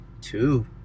two